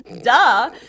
Duh